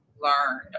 learned